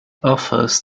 offers